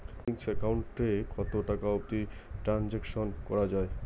Savings account এ কতো টাকা অবধি ট্রানসাকশান করা য়ায়?